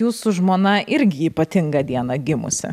jūsų žmona irgi ypatingą dieną gimusi